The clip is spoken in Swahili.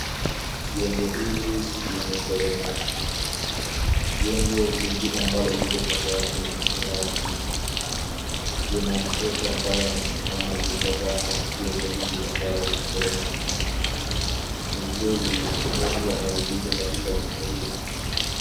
Jengo hili limeporomoka. Jengo lingine ambalo liko kando yake limesimama tisti. Kuna mtoto ambaye amesimama akiutazama jengo hili ambayo limeporomoka. Ni kweli mengi yameharibika katika jengo hilo.